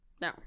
No